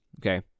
Okay